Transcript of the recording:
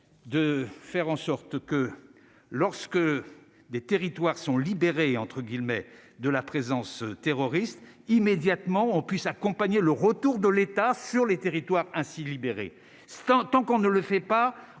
de faire en sorte que lorsque des territoires sont libérés, entre guillemets, de la présence terroriste. Immédiatement, on puisse accompagner le retour de l'État sur les territoires ainsi libéré sans tant qu'on ne le fait pas,